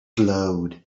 glowed